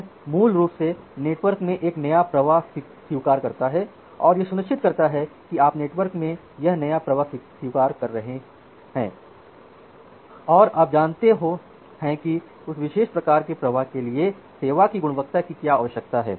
यह मूल रूप से नेटवर्क में एक नया प्रवाह स्वीकार करता है और यह सुनिश्चित करता है कि आप नेटवर्क में यह नया प्रवाह स्वीकार कर रहे हों और आप जानते हों कि उस विशेष प्रकार के प्रवाह के लिए सेवा की गुणवत्ता कि क्या आवश्यकता है